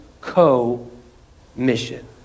co-mission